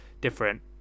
different